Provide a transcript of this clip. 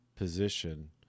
position